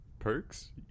Perks